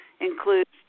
includes